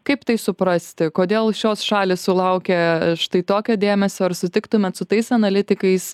kaip tai suprasti kodėl šios šalys sulaukė štai tokio dėmesio ar sutiktumėt su tais analitikais